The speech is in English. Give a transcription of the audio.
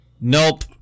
Nope